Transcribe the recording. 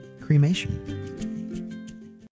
Cremation